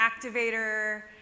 activator